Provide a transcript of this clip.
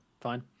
fine